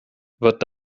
wird